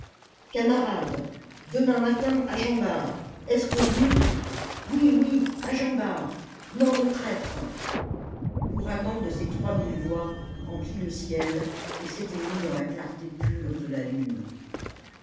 camarades demain matin à jean bart est-ce convenu oui oui à jean bart mort aux traîtres l'ouragan de ces trois mille voix emplit le ciel et s'éteignit dans la clarté pure de la lune